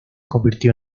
convirtió